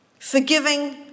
forgiving